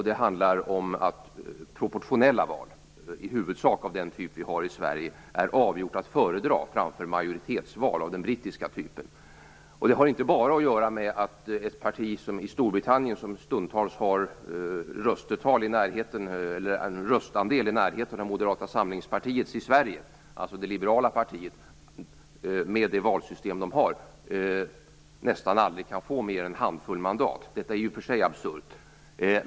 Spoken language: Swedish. Det handlar om att proportionella val - i huvudsak av den typ vi har i Sverige - är avgjort att föredra framför majoritetsval av den brittiska typen. Det handlar inte bara om att det liberala partiet i Storbritannien, som stundtals har en röstandel i närheten av Moderata samlingspartiets i Sverige, med det valsystem som där finns nästan aldrig kan få mer än en handfull mandat. Detta är i och för sig absurt.